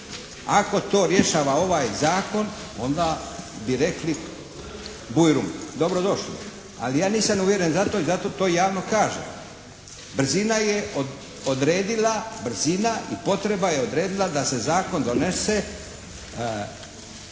Ako to rješava ovaj zakon onda direktni burjum, dobro došli. Ali ja nisam uvjeren za to i zato to javno kažem. Brzina je odredila, brzina i potreba je odredila da se zakon donese